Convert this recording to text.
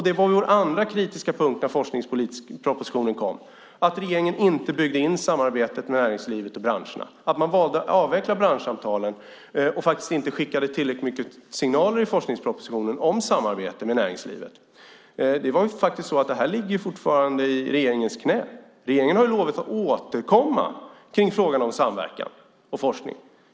Det var vår andra kritiska punkt när den forskningspolitiska propositionen kom: att regeringen inte byggde in samarbetet med näringslivet och branscherna, att man valde att avveckla branschsamtalen och faktiskt inte skickade tillräckligt starka signaler i forskningspropositionen om samarbete med näringslivet. Det här ligger fortfarande i regeringens knä. Regeringen har lovat att återkomma i frågan om samverkan och forskning.